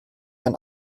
mein